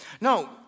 No